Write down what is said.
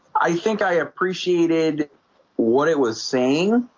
i think i appreciated what it was saying?